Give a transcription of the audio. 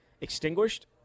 extinguished